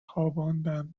خواباندند